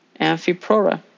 amphiprora